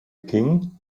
king